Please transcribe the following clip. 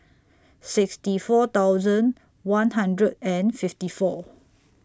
sixty four thousand one hundred and fifty four